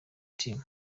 team